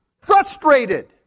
frustrated